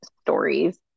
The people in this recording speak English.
stories